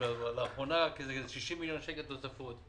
לאחרונה זה 60 מיליון שקל תוספות,